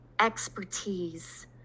expertise